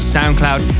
SoundCloud